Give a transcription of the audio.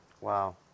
Wow